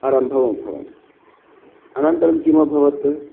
आरम्भमभवम् अनन्तरं किम् अभवत्